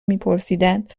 میپرسیدند